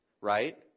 right